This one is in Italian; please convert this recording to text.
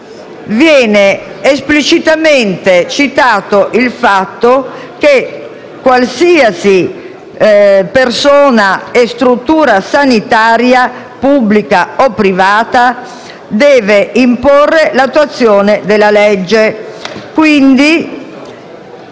viene esplicitamente dichiarato che qualsiasi persona e struttura sanitaria, pubblica o privata, deve imporre l'attuazione della legge.